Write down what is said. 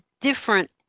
different